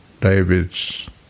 David's